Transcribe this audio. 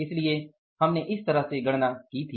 इसलिए हमने इस तरह से गणना की थी